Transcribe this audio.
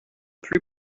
plus